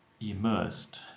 immersed